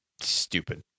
Stupid